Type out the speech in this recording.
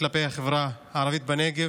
כלפי החברה הערבית בנגב,